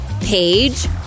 page